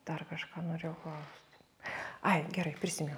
dar kažką norėjau klaust ai gerai prisiminiau